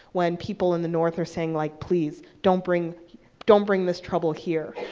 when people in the north are saying like, please, don't bring don't bring this trouble here.